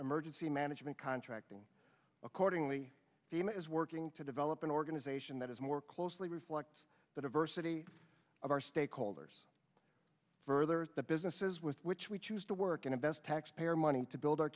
emergency management contracting accordingly the aim is working to develop an organization that is more closely reflect the diversity of our stakeholders further the businesses with which we choose to work and invest taxpayer money to build our